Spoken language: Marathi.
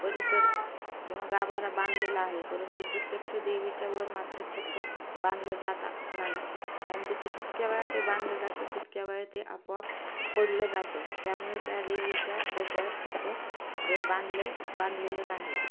परिसर किंवा गाभारा बांधलेला आहे परंतु प्रत्यक्ष देवीच्या वर मात्र छप्पर बांधलं जात नाही कारण तिथं जितक्या वेळा ते बांधलं जातं तितक्या वेळा ते आपोआप पडलं जातं त्यामुळे त्या देवीच्या डोक्यावर छप्पर हे बांधलं बांधलेलं नाही